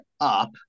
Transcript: up